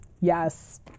Yes